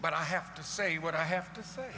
but i have to say what i have to say